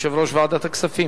יושב-ראש ועדת הכספים.